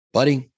Buddy